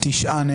הצבעה לא אושרו.